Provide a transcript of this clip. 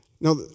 now